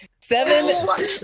Seven